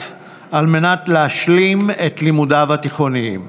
על מנת להשלים את לימודיו התיכוניים.